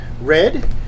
Red